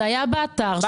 זה היה באתר שלהם.